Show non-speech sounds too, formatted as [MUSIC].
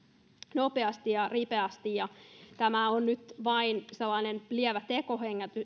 nopeasti ja ripeästi mutta tämä hallituksen esitys on nyt vain sellainen lievä tekohengitys [UNINTELLIGIBLE]